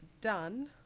done